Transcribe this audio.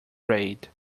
raid